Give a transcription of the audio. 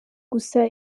gusa